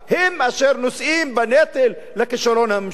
הם אשר נושאים בנטל של כישלון הממשלה.